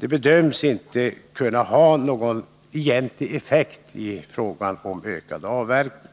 förslaget inte kan ha någon egentlig effekt när det gäller att åstadkomma en ökad avverkning.